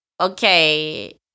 okay